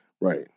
Right